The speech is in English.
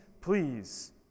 please